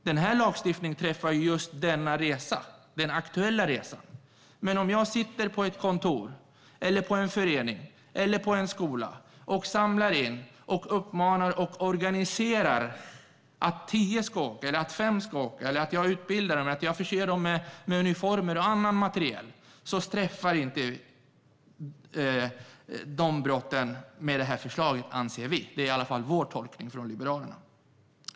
Denna lagstiftning träffar just den aktuella resan, men om jag sitter på ett kontor, i en förening eller på en skola och samlar in, uppmanar och organiserar fem eller tio som ska åka eller utbildar och förser dem med uniformer och annan materiel så träffas inte de brotten med det här förslaget, anser vi. Det är Liberalernas tolkning.